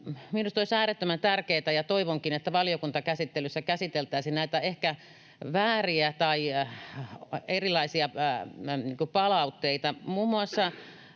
minusta olisi äärettömän tärkeätä käsitellä ja toivonkin, että valiokuntakäsittelyssä käsiteltäisiin näitä ehkä vääriä tai erilaisia palautteita.